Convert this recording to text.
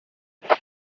iyo